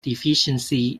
deficiency